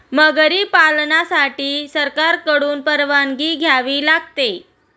मगरी पालनासाठी सरकारकडून परवानगी घ्यावी लागते